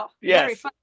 Yes